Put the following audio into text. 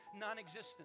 non-existent